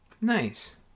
Nice